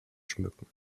schmücken